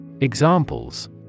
Examples